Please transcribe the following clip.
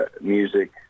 music